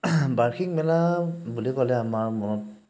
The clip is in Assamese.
বাৰ্ষিক মেলা বুলি ক'লে আমাৰ মনত